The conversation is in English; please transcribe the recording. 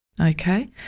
okay